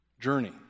journey